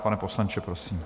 Pane poslanče, prosím.